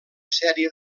sèrie